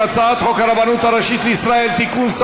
ההצעה להסיר מסדר-היום את הצעת חוק הרבנות הראשית לישראל (תיקון,